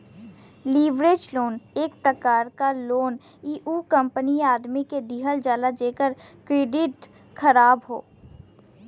leverage loan एक प्रकार क लोन इ उ कंपनी या आदमी के दिहल जाला जेकर क्रेडिट ख़राब हौ